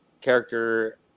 character